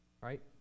Right